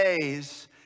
days